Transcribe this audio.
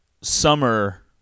summer